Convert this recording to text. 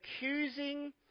accusing